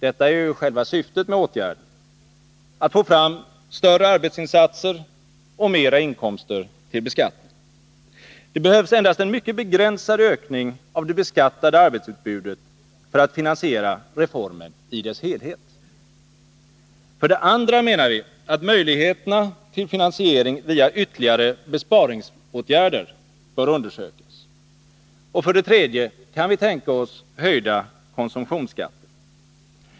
Detta är ju själva syftet med åtgärden — att få fram större arbetsinsatser och mera inkomster till beskattning. Det behövs endast en mycket begränsad ökning av det beskattade arbetsutbudet för att finansiera reformen i dess helhet. För det andra menar vi att möjligheten till finansiering via ytterligare besparingsåtgärder bör undersökas. Och för det tredje kan vi tänka oss höjda konsumtionsskatter.